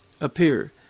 appear